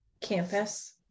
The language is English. campus